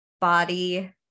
body